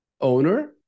Owner